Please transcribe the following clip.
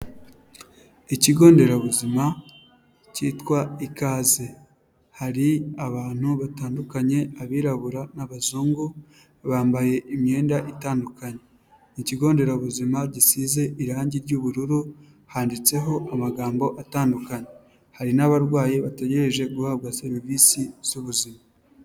Ikigo nderabuzima cyitwa ikaze, hari abantu batandukanye abirabura n'abazungu, bambaye imyenda itandukanye. Ni ikigo nderabuzima gisize irangi ry'ubururu, handitseho amagambo atandukanye, hari n'abarwayi bategereje guhabwa serivisi z'ubuzima.